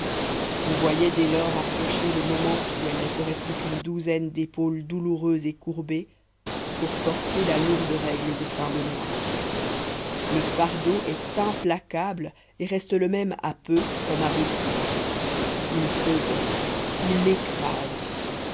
on voyait dès lors approcher le moment où elles ne seraient plus qu'une douzaine d'épaules douloureuses et courbées pour porter la lourde règle de saint benoît le fardeau est implacable et reste le même à peu comme à beaucoup il pesait il écrase